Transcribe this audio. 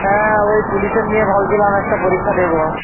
হ্যাঁ ওই পুলিশের নিয়ে ভাবছিলাম একটা পরীক্ষা দেব